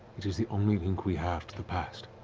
it is the only link we have to the past.